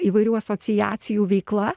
įvairių asociacijų veikla